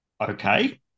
Okay